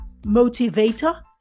motivator